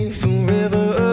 forever